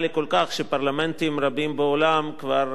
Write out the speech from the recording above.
שפרלמנטים רבים בעולם כבר עברו אותו,